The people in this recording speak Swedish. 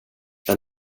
men